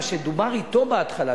מה שדובר אתו בהתחלה,